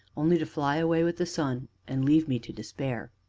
only to fly away with the sun, and leave me to despair.